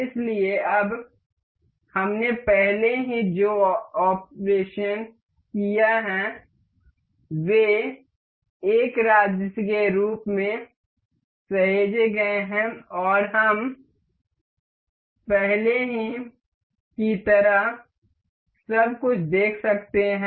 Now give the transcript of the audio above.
इसलिए अब हमने पहले जो भी ऑपरेशन किए हैं वे एक राज्य के रूप में सहेजे गए हैं और हम पहले की तरह सब कुछ देख सकते हैं